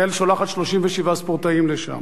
ישראל שולחת 37 ספורטאים לשם,